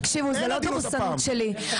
תקשיבו, זאת לא דורסנות שלי.